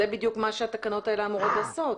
זה בדיוק מה שהתקנות האלה אמורות לעשות.